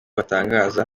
batangaza